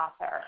author